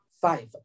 five